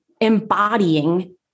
embodying